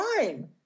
time